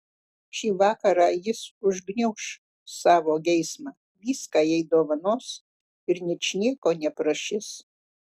šį vakarą jis užgniauš savo geismą viską jai dovanos ir ničnieko neprašys